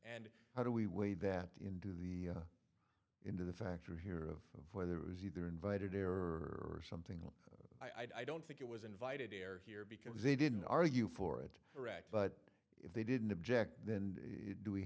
and how do we weigh that into the into the factor here of whether it was either invited error or something i don't think it was invited error here because they didn't argue for it correct but if they didn't object then do we